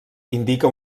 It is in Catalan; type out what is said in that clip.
indica